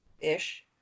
Ish